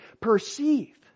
perceive